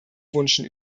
wünschen